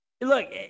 look